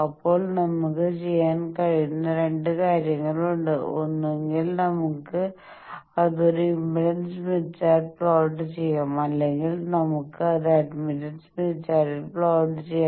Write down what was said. ഇപ്പോൾ നമുക്ക് ചെയ്യാൻ കഴിയുന്ന രണ്ട് കാര്യങ്ങളുണ്ട് ഒന്നുകിൽ നമുക്ക് അത് ഒരു ഇംപെഡൻസ് സ്മിത്ത് ചാർട്ടിൽ പ്ലോട്ട് ചെയ്യാം അല്ലെങ്കിൽ നമുക്ക് അത് അഡ്മിറ്റൻസ് സ്മിത്ത് ചാർട്ടിൽ പ്ലോട്ട് ചെയ്യാം